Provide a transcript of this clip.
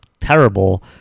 terrible